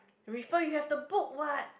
refer you have the book what